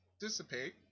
dissipate